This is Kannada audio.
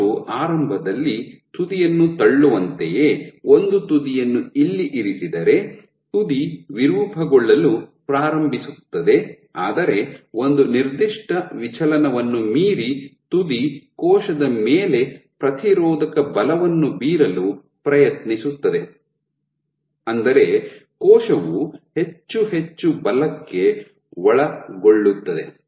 ಕೋಶವು ಆರಂಭದಲ್ಲಿ ತುದಿಯನ್ನು ತಳ್ಳುವಂತೆಯೇ ಒಂದು ತುದಿಯನ್ನು ಇಲ್ಲಿ ಇರಿಸಿದರೆ ತುದಿ ವಿರೂಪಗೊಳ್ಳಲು ಪ್ರಾರಂಭಿಸುತ್ತದೆ ಆದರೆ ಒಂದು ನಿರ್ದಿಷ್ಟ ವಿಚಲನವನ್ನು ಮೀರಿ ತುದಿ ಕೋಶದ ಮೇಲೆ ಪ್ರತಿರೋಧಕ ಬಲವನ್ನು ಬೀರಲು ಪ್ರಯತ್ನಿಸುತ್ತದೆ ಅಂದರೆ ಕೋಶವು ಹೆಚ್ಚು ಹೆಚ್ಚು ಬಲಕ್ಕೆ ಒಳಗೊಳ್ಳುತ್ತದೆ